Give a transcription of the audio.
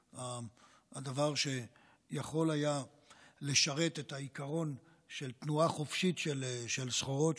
הדבר שיכול היה לשרת את העיקרון של תנועה חופשית של סחורות,